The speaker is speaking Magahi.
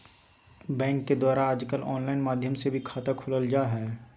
बैंक के द्वारा आजकल आनलाइन माध्यम से भी खाता खोलल जा हइ